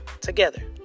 together